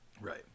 Right